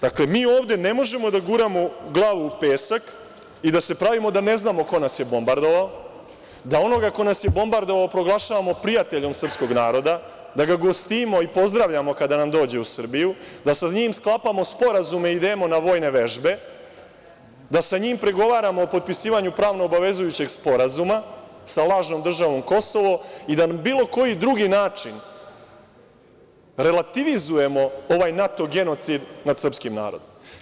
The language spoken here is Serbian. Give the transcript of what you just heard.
Dakle, mi ovde ne možemo da guramo glavu u pesak i da se pravimo da ne znamo ko nas je bombardovao, da onoga ko nas je bombardovao proglašavamo prijateljem srpskog naroda, da ga gostimo i pozdravljamo kada nam dođe u Srbiju, da sa njim sklapamo sporazume i idemo na vojne vežbe, da sa njim pregovaramo o potpisivanju pravno obavezujućeg sporazuma sa lažnom državom Kosovo i da na bilo koji drugi način relativizujemo ovaj NATO genocid nad srpskim narodom.